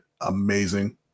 amazing